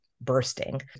bursting